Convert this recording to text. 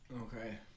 okay